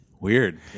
Weird